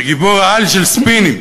זה גיבור-העל של ספינים,